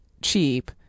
cheap